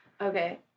Okay